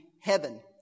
heaven